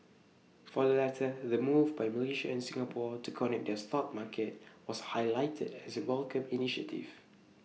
for the latter the move by Malaysia and Singapore to connect their stock markets was highlighted as A welcomed initiative